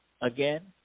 again